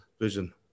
vision